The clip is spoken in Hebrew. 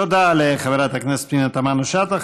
תודה לחברת הכנסת פנינה תמנו-שטה.